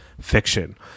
fiction